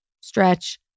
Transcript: stretch